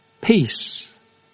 Peace